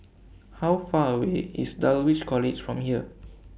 How Far away IS Dulwich College from here